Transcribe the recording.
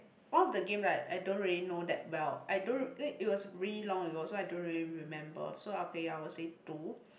one of the game right I don't really know that well I don't r~ eh it was really long ago so I don't really remember so okay ya I will say two